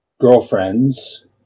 girlfriends